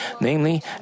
Namely